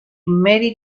marie